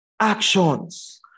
actions